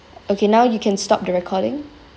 okay now you can stop the recording